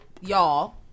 y'all